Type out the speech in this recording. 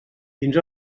fins